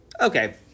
Okay